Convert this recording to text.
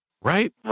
right